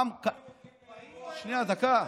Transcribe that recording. כמה יהודים נהרגו, שנייה, דקה.